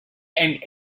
and